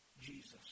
Jesus